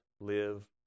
live